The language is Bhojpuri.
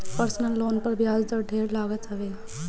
पर्सनल लोन पर बियाज दर ढेर लागत हवे